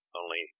Only